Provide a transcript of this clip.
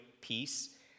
peace